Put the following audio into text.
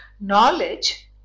knowledge